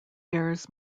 bears